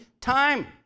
time